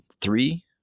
three